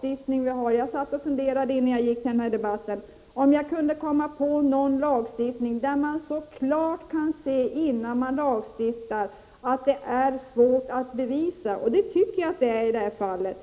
gick till den här debatten funderade jag över om det hade stiftats någon lag där de brott som den omfattade hade ansetts i stort sett omöjliga att bevisa innan lagen i fråga stiftades. Det är ju fallet med den här tänkta lagen.